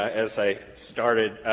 as i started,